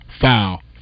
Foul